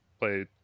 play